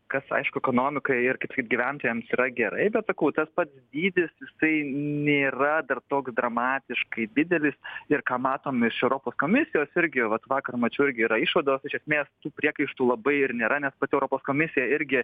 kas aišku ekonomikai ir gyventojams yra gerai bet sakau tas pats dydis jisai nėra dar toks dramatiškai didelis ir ką matom iš europos komisijos irgi vat vakar mačiau irgi yra išvados iš esmės tų priekaištų labai ir nėra nes pati europos komisija irgi